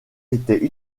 étaient